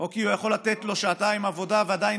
או כי יכולים לתת לו שעתיים עבודה ועדיין